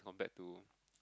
as compared to